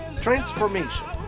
Transformation